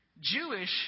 Jewish